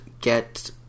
get